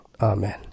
Amen